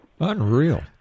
Unreal